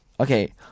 Okay